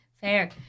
Fair